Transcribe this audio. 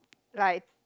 like